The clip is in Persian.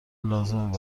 لازمه